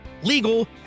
legal